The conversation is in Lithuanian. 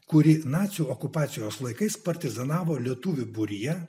kuri nacių okupacijos laikais partizanavo lietuvių būryje